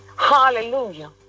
Hallelujah